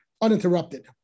uninterrupted